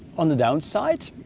on the downside.